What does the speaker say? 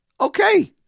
Okay